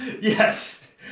Yes